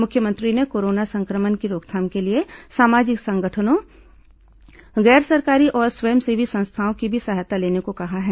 मुख्यमंत्री ने कोरोना संक्रमण की रोकथाम के लिए सामाजिक संगठनों गैर सरकारी और स्वयंसेवी संस्थाओं की भी सहायता लेने को कहा है